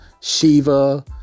Shiva